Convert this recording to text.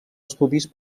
estudis